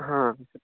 হ্যাঁ